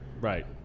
Right